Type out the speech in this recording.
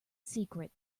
secret